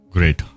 Great